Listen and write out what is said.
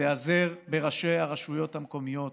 תיעזר בראשי הרשויות המקומיות